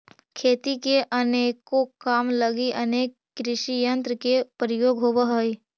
खेती के अनेको काम लगी अनेक कृषियंत्र के प्रयोग होवऽ हई